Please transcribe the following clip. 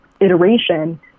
iteration